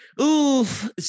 Oof